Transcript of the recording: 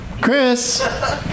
Chris